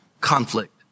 conflict